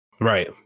right